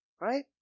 Right